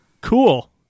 Cool